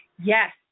Yes